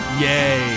Yay